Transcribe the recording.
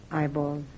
eyeball